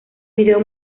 video